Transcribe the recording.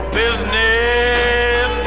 business